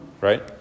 Right